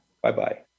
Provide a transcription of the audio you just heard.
Bye-bye